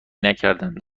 نکردند